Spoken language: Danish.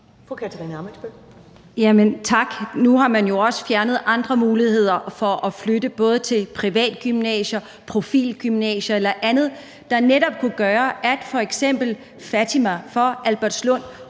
Nu har man jo også fjernet andre muligheder for at flytte både til privatgymnasier, profilgymnasier eller andet, der netop kunne gøre, at f.eks. Fatima fra Albertslund